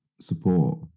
support